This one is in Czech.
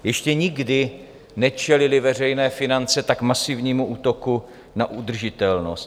Ještě nikdy nečelily veřejné finance tak masivnímu útoku na udržitelnost.